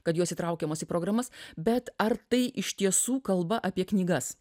kad jos įtraukiamos į programas bet ar tai iš tiesų kalba apie knygas